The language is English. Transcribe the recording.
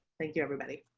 thank you, everybody.